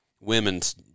women's